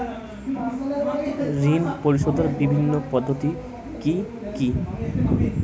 ঋণ পরিশোধের বিভিন্ন পদ্ধতি কি কি?